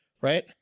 right